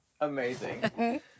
amazing